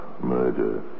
murder